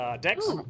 Dex